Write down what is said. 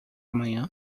manhã